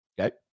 Okay